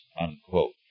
unquote